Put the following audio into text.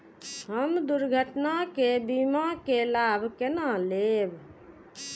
हम दुर्घटना के बीमा के लाभ केना लैब?